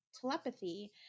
telepathy